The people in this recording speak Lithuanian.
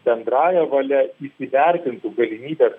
bendrąja valia įsivertintų galimybes